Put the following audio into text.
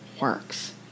works